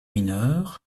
mineurs